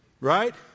Right